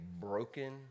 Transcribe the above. broken